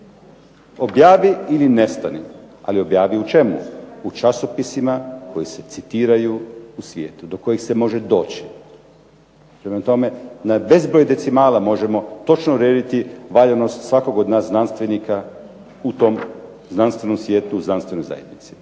Objavi ili nestani, ali objavi u čemu, u časopisima koji se citiraju u svijetu, do kojih se može doći. Prema tome, na bezbroj decimala možemo točno urediti valjanost svakog od nas znanstvenika u tom znanstvenom svijetu, u znanstvenoj zajednici.